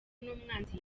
n’umwanzi